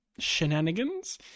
shenanigans